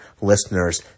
listeners